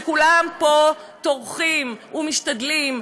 שכולם פה טורחים ומשתדלים,